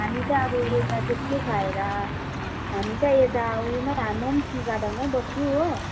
हामी त अब यता त्यस्तो खाएर हामी चाहिँ यता उयोमै म पनि टी गार्डनमै बस्छु हो